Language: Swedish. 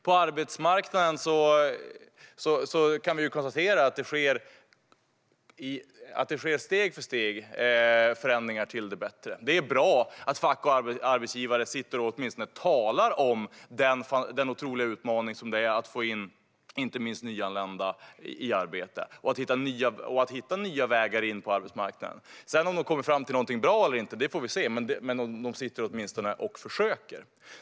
På arbetsmarknaden kan vi konstatera att det steg för steg sker förändringar till det bättre. Det är bra att fack och arbetsgivare åtminstone sitter och talar om den otroliga utmaning som det är att få in inte minst nyanlända i arbete och att hitta nya vägar in på arbetsmarknaden. Om de kommer fram till någonting bra eller inte får vi se, men de sitter åtminstone och försöker.